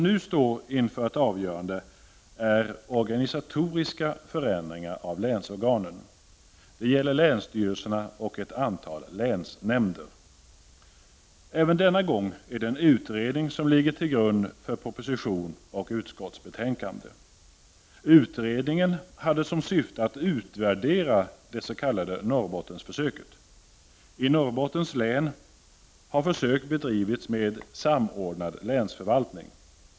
Nu står organisatoriska förändringar av länsorganen inför ett avgörande. Det gäller länsstyrelserna och ett antal länsnämnder. Även denna gång ligger en utredning till grund för propositionen och utskottsbetänkandet. Utredningen hade som syfte att utvärdera det s.k. Norrbottensförsöket. I Norrbottens län har försök bedrivits med samordnad länsförvaltning.